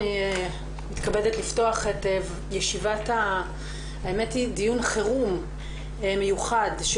אני מתכבדת לפתוח דיון חירום מיוחד של